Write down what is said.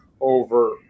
over